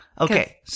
Okay